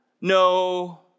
no